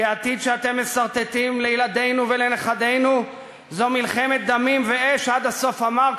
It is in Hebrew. כי העתיד שאתם מסרטטים לילדינו ולנכדינו זה מלחמת דמים ואש עד הסוף המר,